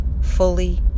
fully